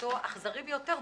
היותו אכזרי ביותר,